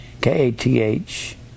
k-a-t-h